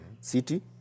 City